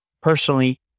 Personally